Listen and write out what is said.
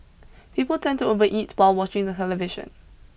people tend to overeat while watching the television